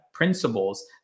Principles